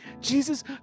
Jesus